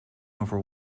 over